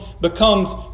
becomes